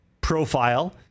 profile